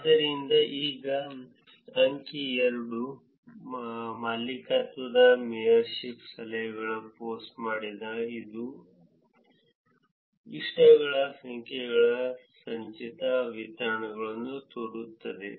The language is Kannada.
ಆದ್ದರಿಂದ ಈಗ ಅಂಕಿ 2 ಮಾಲೀಕತ್ವದ ಮೇಯರ್ಶಿಪ್ಗಳು ಸಲಹೆಗಳು ಪೋಸ್ಟ್ ಮಾಡಿದ ಮತ್ತು ಇಷ್ಟಗಳ ಸಂಖ್ಯೆಗಳ ಸಂಚಿತ ವಿತರಣೆಗಳನ್ನು ತೋರಿಸುತ್ತದೆ